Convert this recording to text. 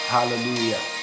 Hallelujah